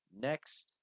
Next